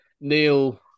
Neil